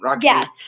yes